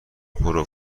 پرو